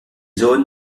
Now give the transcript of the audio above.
zones